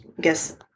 guess